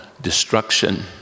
destruction